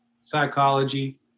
psychology